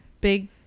big